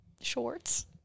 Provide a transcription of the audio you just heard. shorts